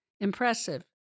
impressive